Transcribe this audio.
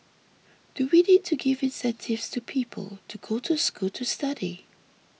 do we need to give incentives to people to go to school to study